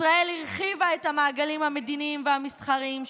ישראל הרחיבה את המעגלים המדיניים והמסחריים שלה,